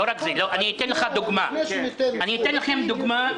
לא רק זה, אציג לכם דוגמה.